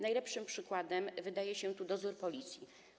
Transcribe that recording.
Najlepszym przykładem wydaje się tu dozór Policji.